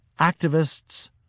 activists